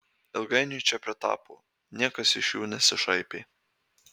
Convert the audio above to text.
ilgainiui čia pritapo niekas iš jų nesišaipė